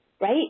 right